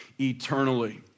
eternally